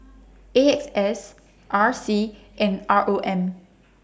A X S R C and R O M